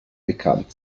bekannt